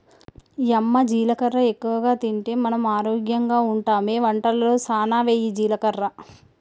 యమ్మ జీలకర్ర ఎక్కువగా తింటే మనం ఆరోగ్యంగా ఉంటామె వంటలలో సానా వెయ్యి జీలకర్ర